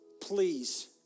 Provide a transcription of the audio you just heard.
please